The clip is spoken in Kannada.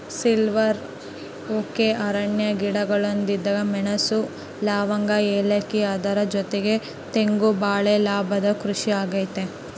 ಸಿಲ್ವರ್ ಓಕೆ ಅರಣ್ಯ ಗಿಡಗಳೊಂದಿಗೆ ಮೆಣಸು, ಲವಂಗ, ಏಲಕ್ಕಿ ಅದರ ಜೊತೆಗೆ ತೆಂಗು ಬಾಳೆ ಲಾಭದ ಕೃಷಿ ಆಗೈತೆ